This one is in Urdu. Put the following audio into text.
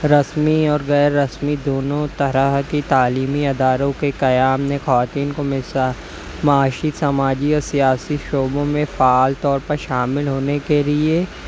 رسمی اور غیر رسمی دونوں طرح کی تعلیمی اداروں کے قیام نے خواتین کو معاشی سماجی اور سیاسی شعبوں میں فعال طور پر شامل ہونے کے لیے